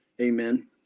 Amen